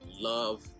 love